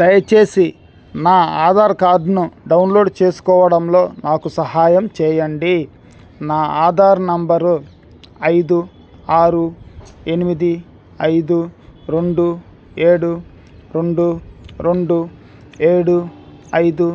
దయచేసి నా ఆధార్కార్డ్ను డౌన్లోడ్ చేసుకోవడంలో నాకు సహాయం చేయండి నా ఆధార్ నంబరు ఐదు ఆరు ఎనిమిది ఐదు రెండు ఏడు రెండు రెండు ఏడు ఐదు